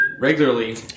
regularly